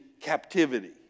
captivity